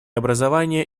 образование